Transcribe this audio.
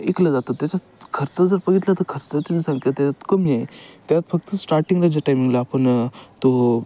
विकलं जातं त्याच्यात खर्च जर बघितला तर खर्चची संख्या त्याच्यात कमी आहे त्यात फक्त स्टार्टिंगला ज्या टायमिंगला आपण तो